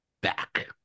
back